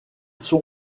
sont